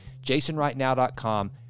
jasonrightnow.com